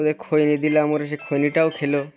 ওদের খৈনি দিলাম ওরা সেই খৈনিটাও খেল